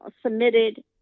submitted